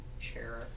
chair